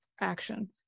action